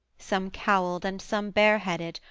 some cowled, and some bare-headed,